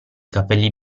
capelli